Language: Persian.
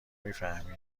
میفهمی